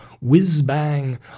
whiz-bang